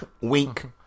wink